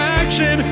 action